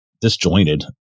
disjointed